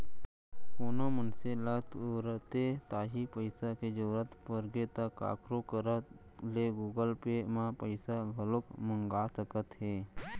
कोनो मनसे ल तुरते तांही पइसा के जरूरत परगे ता काखरो करा ले गुगल पे म पइसा घलौक मंगा सकत हे